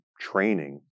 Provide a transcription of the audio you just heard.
training